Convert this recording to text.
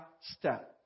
step